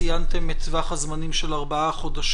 הצעת חקיקה ממשלתית חדשה ציינתם את טווח הזמנים של ארבעה חודשים